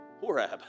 Horab